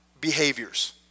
behaviors